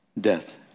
death